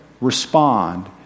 respond